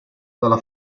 dalla